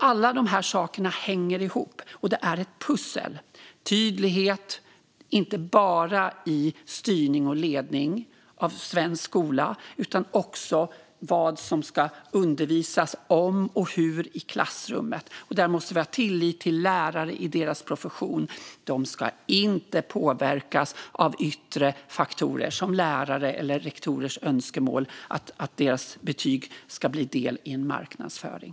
Alla dessa saker hänger ihop, och det är ett pussel. Det handlar om tydlighet, inte bara i styrning och ledning av svensk skola utan också när det gäller vad som ska undervisas om och hur det ska ske i klassrummet. Där måste vi ha tillit till lärarna i deras profession. De ska inte påverkas av yttre faktorer, som rektorers önskemål att deras betyg ska bli en del i en marknadsföring.